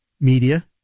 media